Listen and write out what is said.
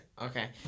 Okay